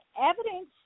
evidence